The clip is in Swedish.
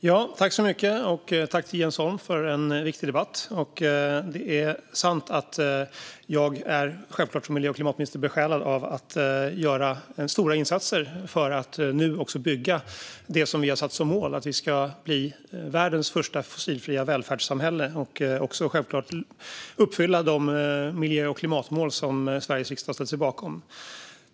Fru talman! Jag tackar Jens Holm för en viktig debatt. Det är sant att jag självklart som miljö och klimatminister är besjälad av att göra stora insatser för att nu bygga upp det som vi har satt som mål, nämligen att Sverige ska bli världens första fossilfria välfärdssamhälle och uppfylla de miljö och klimatmål som Sveriges riksdag har ställt sig bakom.